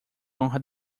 honra